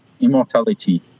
immortality